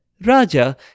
Raja